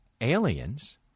aliens